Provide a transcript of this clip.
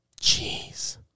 Jeez